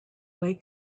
way